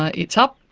ah it's up,